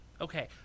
Okay